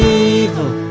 evil